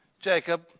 Jacob